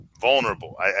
vulnerable